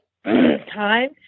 time